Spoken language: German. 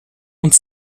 und